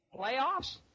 Playoffs